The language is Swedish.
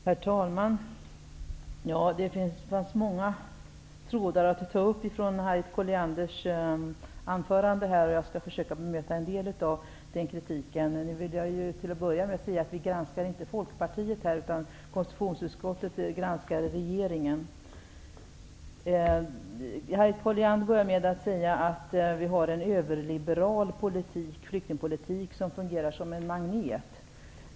Herr talman! Ja, det fanns många trådar att ta upp i Harriet Collianders anförande. Jag skall försöka att bemöta en del av kritiken. Till att börja med vill jag säga att det inte är Folkpartiet som vi granskar, utan konstitutionsutskottet granskar regeringen. Harriet Colliander börjar med att säga att vi har en överliberal flyktingpolitik som fungerar som en magnet.